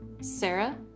Sarah